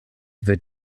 wird